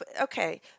okay